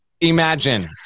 imagine